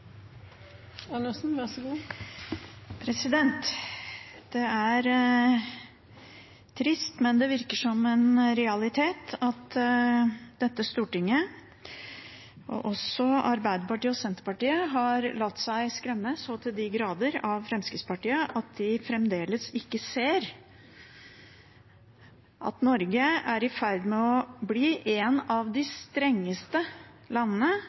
trist, men det virker å være en realitet at dette stortinget, og også Arbeiderpartiet og Senterpartiet, har latt seg skremme så til de grader av Fremskrittspartiet at de fremdeles ikke ser at Norge er i ferd med å bli en av de strengeste landene